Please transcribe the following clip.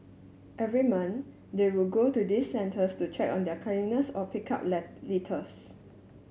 every month they would go to these centres to check on their cleanliness or pick up litters